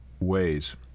ways